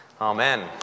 Amen